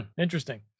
Interesting